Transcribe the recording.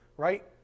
Right